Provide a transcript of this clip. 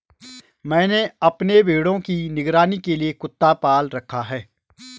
मैंने अपने भेड़ों की निगरानी के लिए कुत्ता पाल रखा है